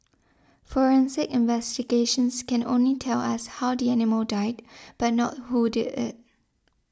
forensic investigations can only tell us how the animal died but not who did it